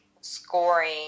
scoring